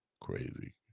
crazy